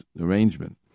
arrangement